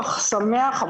שמח,